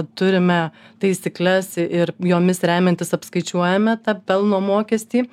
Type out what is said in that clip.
turime taisykles ir jomis remiantis apskaičiuojame tą pelno mokestį